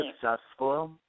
Successful